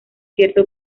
cierto